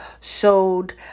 showed